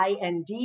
IND